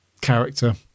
character